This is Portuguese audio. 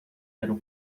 eram